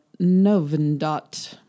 Novendot